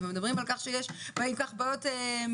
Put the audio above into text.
אתם מדברים על כך שיש בין כך בעיות משפטיות,